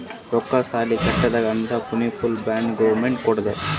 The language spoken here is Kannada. ರೋಡ್, ಸಾಲಿ ಕಟ್ಲಕ್ ಅಂತ್ ಮುನ್ಸಿಪಲ್ ಬಾಂಡ್ ಗೌರ್ಮೆಂಟ್ ಕೊಡ್ತುದ್